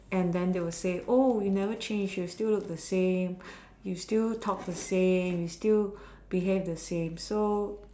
and then they will say oh you never change you still look the same you still talk the same you still behave the same so